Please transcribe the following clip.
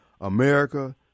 America